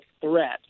threat